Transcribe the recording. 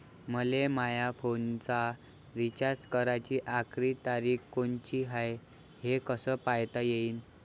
मले माया फोनचा रिचार्ज कराची आखरी तारीख कोनची हाय, हे कस पायता येईन?